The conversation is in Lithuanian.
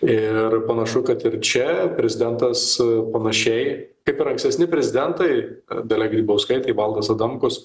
ir panašu kad ir čia prezidentas panašiai kaip ir ankstesni prezidentai dalia grybauskaitė valdas adamkus